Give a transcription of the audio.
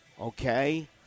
okay